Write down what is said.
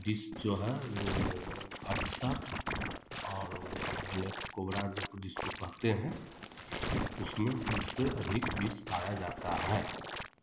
विष जो है वो अधसर और वो ब्लेक कोबरा जो जिसको कहते हैं उसमें सबसे अधिक विष पाया जाता है